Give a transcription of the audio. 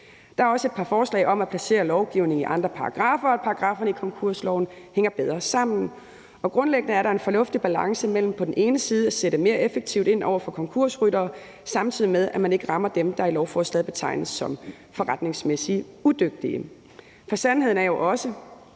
Der er også et par forslag om at placere lovgivningen i andre paragraffer og om, at paragrafferne i konkursloven hænger bedre sammen. Grundlæggende er der en fornuftig balance mellem på den ene side at sætte mere effektivt ind over for konkursryttere, samtidig med at man ikke rammer dem, der i lovforslaget betegnes som forretningsmæssigt udygtige. For sandheden er jo også,